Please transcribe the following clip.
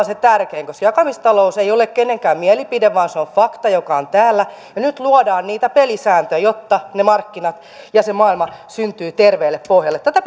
se tärkein koska jakamistalous ei ole kenenkään mielipide vaan se on fakta joka on täällä ja nyt luodaan niitä pelisääntöjä jotta ne markkinat ja se maailma syntyvät terveelle pohjalle tätä